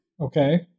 Okay